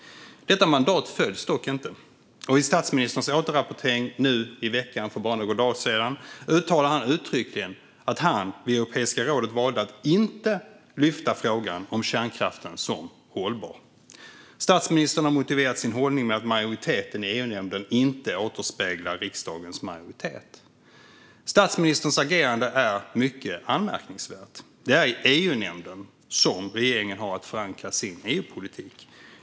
Detta mandat följs dock inte. I statsministerns återrapportering nu i veckan för bara några dagar sedan uttalade han uttryckligen att han vid Europeiska rådet valde att inte lyfta upp frågan om kärnkraften som hållbar. Statsministern har motiverat sin hållning med att majoriteten i EU-nämnden inte återspeglar riksdagens majoritet. Statsministerns agerande är mycket anmärkningsvärt. Det är i EUnämnden som regeringen har att förankra sin EU-politik.